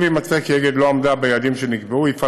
ככל שיימצא כי אגד לא עמדה ביעדים שנקבעו יפעל